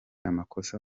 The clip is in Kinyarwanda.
amakosa